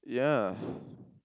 ya